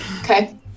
Okay